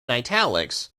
italics